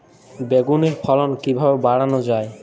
বেগুনের ফলন কিভাবে বাড়ানো যায়?